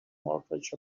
mortgage